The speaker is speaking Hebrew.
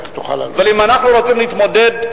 ואם אנחנו רוצים להתמודד,